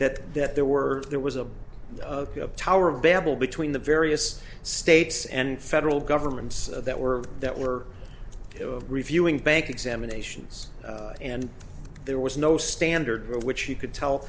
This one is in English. that that there were there was a tower of babel between the various states and federal governments that were that were reviewing bank examinations and there was no standard by which you could tell